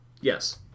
Yes